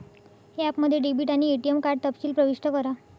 ॲपमध्ये डेबिट आणि ATM card तपशील प्रविष्ट करा